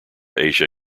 asia